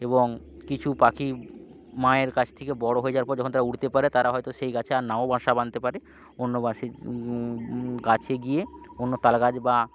এবং কিছু পাখি মায়ের কাছ থেকে বড়ো হয়ে যাওয়ার পর যাখন তারা উড়তে পারে তারা হয়তো সেই গাছে আর নাও বাসা বাঁধতে পারে অন্য বাসি গাছে গিয়ে অন্য তাল গাছ বা